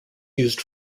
used